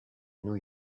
new